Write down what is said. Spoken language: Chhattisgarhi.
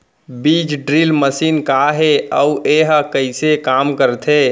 बीज ड्रिल मशीन का हे अऊ एहा कइसे काम करथे?